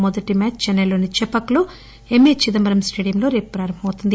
మొదటి మ్బాచ్ చెన్నెలోని చెపాక్ లో ఎంఏ చిదంబరం స్టేడియంలో రేపు ప్రారంభమవుతుంది